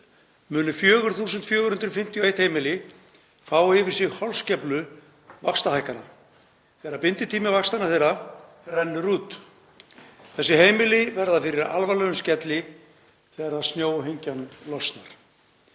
munu 4.451 heimili fá yfir sig holskeflu vaxtahækkana þegar binditími vaxtanna þeirra rennur út. Þessi heimili verða fyrir alvarlegum skelli þegar snjóhengjan losnar.